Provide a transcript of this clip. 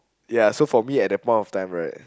ya so for me at that point of time right